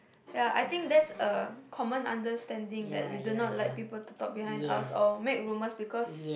ya I think that's a common understanding that we do not like people to talk behind us or make rumours because